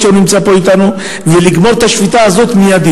שנמצא פה אתנו ולגמור את השביתה הזאת מייד.